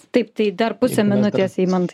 taip tai dar puse minutės eimantai